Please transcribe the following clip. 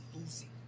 losing